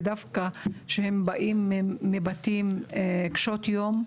ודווקא שהם באים מבתים קשיי יום,